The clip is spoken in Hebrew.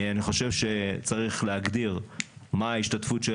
אני חושב שצריך להגדיר מה ההשתתפות של